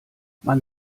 man